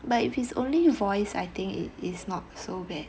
but if it's only voice I think it is not so bad